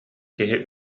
киһи